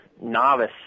novice